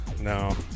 No